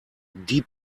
die